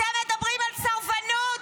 אתם מדברים על סרבנות?